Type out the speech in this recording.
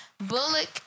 Bullock